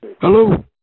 Hello